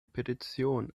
petition